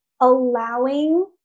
allowing